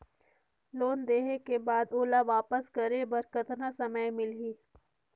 Loan लेहे के बाद ओला वापस करे बर कतना समय मिलही?